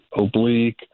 oblique